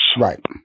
Right